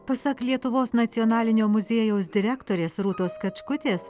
pasak lietuvos nacionalinio muziejaus direktorės rūtos kačkutės